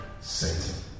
Satan